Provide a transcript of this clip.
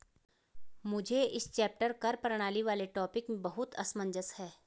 मुझे इस चैप्टर कर प्रणाली वाले टॉपिक में बहुत असमंजस है